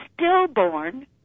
stillborn